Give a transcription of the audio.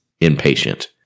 impatient